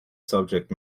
subject